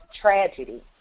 tragedy